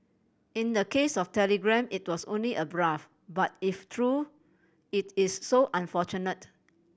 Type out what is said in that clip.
in the case of Telegram it was only a bluff but if true it is so unfortunate